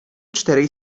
czterej